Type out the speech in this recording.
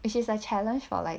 which is a challenge for like